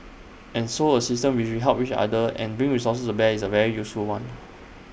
and so A system which we help each other and bring resources to bear is A very useful one